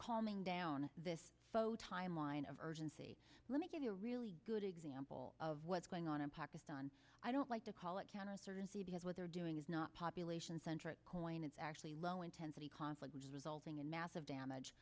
calming down this photo timeline of urgency let me give you a really good example of what's going on in pakistan i don't like to call it counterinsurgency because what they're doing is not population center point it's actually low intensity conflict resulting in massive damage